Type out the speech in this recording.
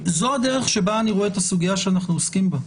זאת הדרך שבה אני רואה את הסוגיה שאנחנו עוסקים בה.